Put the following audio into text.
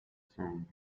song